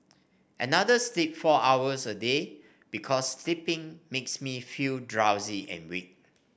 another sleeps four hours a day because sleeping makes me feel drowsy and weak